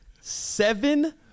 Seven